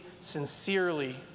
sincerely